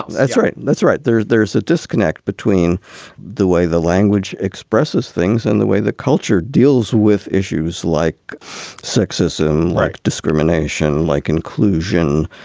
that's right that's right. there's there's a disconnect between the way the language expresses things and the way the culture deals with issues like sexism, like discrimination, like. and collusion.